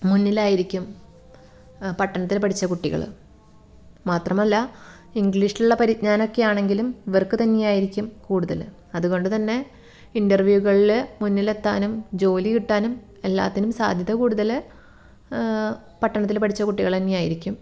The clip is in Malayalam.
മുന്നിലായിരിക്കും പട്ടണത്തിൽ പഠിച്ച കുട്ടികൾ മാത്രമല്ല ഇംഗ്ലീഷിലുള്ള പരിജ്ഞാനം ഒക്കെയാണെങ്കിലും ഇവർക്ക് തന്നെയായിരിക്കും കൂടുതൽ അതുകൊണ്ടുതന്നെ ഇൻറ്റർവ്യൂകളിൽ മുന്നിൽ എത്താനും ജോലി കിട്ടാനും എല്ലാത്തിനും സാധ്യത കൂടുതൽ പട്ടണത്തിൽ പഠിച്ച കുട്ടികൾ തന്നെയായിരിക്കും